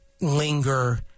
linger